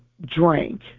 drank